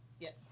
Yes